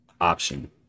option